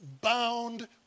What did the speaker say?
bound